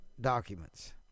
documents